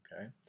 Okay